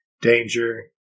Danger